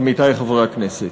עמיתי חברי הכנסת,